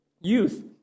youth